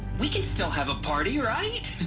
we can still have a party, right?